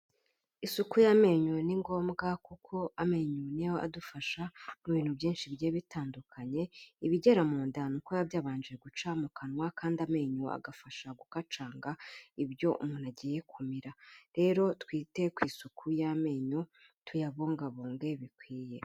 Isuku y'amenyo ni ngombwa kuko amenyo ni yo adufasha mu bintu byinshi bigiye bitandukanye, ibigera mu nda ni uko biba byabanje guca mu kanwa, kandi amenyo agafasha gukacanga ibyo umuntu agiye kumira. Rero twite ku isuku y'amenyo tuyabungabunge bikwiye.